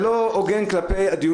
זה לא הוגן כלפי הדיון